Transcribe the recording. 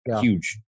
huge